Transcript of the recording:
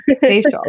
facial